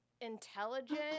intelligent